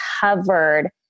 covered